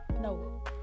no